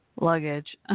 luggage